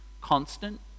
constant